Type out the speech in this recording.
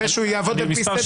אני מצפה שהוא יעבוד לפי סדר.